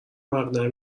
مقنعه